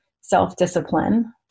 self-discipline